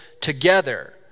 together